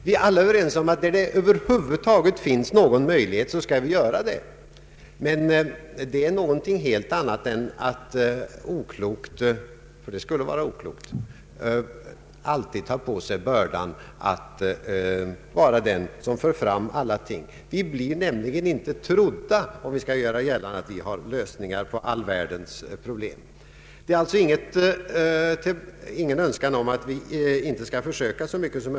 Vi är alla överens om att vi skall delta när det över huvud taget finns någon möjlighet att göra en insats, men det är någonting helt annat än att oklokt — för det skulle vara oklokt — alltid ta på sig bördan att vara den som för fram alla förslag. Vi blir nämligen inte trodda om vi försöker göra gällande att vi har lösningar på all världens problem.